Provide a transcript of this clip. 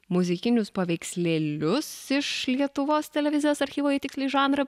muzikinius paveikslėlius iš lietuvos televizijos archyvo jei tiksliai žanrą